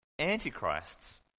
Antichrists